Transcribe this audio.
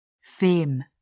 Fame